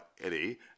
Eddie